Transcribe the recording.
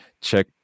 Check